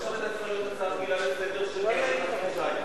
עכשיו היתה צריכה להיות הצעה רגילה לסדר-היום של חבר הכנסת נחמן שי.